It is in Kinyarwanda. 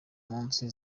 munsi